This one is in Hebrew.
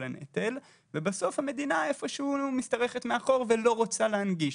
הנטל ובסוף המדינה איפשהו משתרכת מאחור ולא רוצה להנגיש.